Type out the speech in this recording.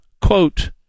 quote